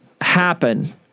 happen